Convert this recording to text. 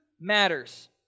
matters